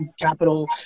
capital